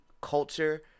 culture